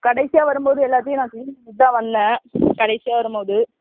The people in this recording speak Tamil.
கடைசியாக வரும்போது எல்லாத்தையும் நான் க்ளீன் பண்ணிவிட்டு தான் வந்தேன் கடைசியாக வரும்போது